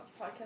podcast